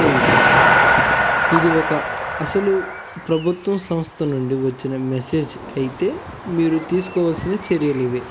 ఉంది ఇది ఒక అసలు ప్రభుత్వం సంస్థ నుండి వచ్చిన మెసేజ్ అయితే మీరు తీసుకోవాల్సిన చర్యలు ఇవి